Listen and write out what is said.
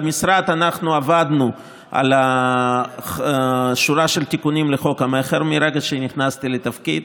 במשרד אנחנו עבדנו על שורה של תיקונים לחוק המכר מהרגע שנכנסתי לתפקיד.